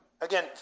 again